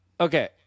Okay